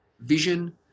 vision